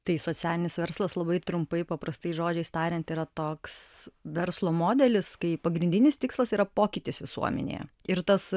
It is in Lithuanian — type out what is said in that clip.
tai socialinis verslas labai trumpai paprastais žodžiais tariant yra toks verslo modelis kai pagrindinis tikslas yra pokytis visuomenėje ir tas